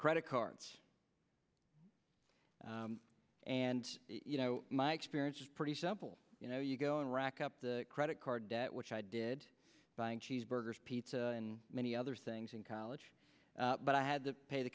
credit cards and you know my experience is pretty simple you know you go and rack up the credit card debt which i did buying cheeseburgers pizza and many other things in college but i had to pay the